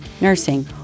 nursing